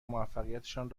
موفقیتشان